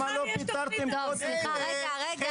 מילא חלק היו מצליחים וחלק לא --- רגע רגע,